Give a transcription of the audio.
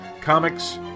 Comics